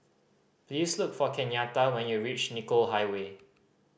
please look for Kenyatta when you reach Nicoll Highway